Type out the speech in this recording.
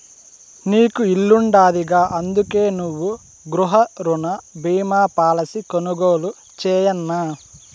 నీకు ఇల్లుండాదిగా, అందుకే నువ్వు గృహరుణ బీమా పాలసీ కొనుగోలు చేయన్నా